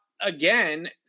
again